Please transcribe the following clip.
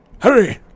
Hurry